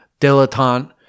dilettante